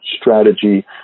strategy